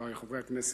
חברי חברי הכנסת,